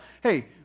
Hey